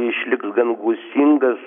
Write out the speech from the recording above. išliks gan gūsingas